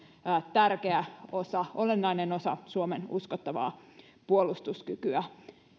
tärkeä olennainen osa suomen uskottavaa puolustuskykyä